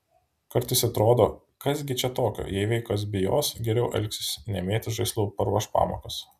kartais atrodo kas gi čia tokio jei vaikas bijos geriau elgsis nemėtys žaislų paruoš pamokas